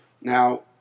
Now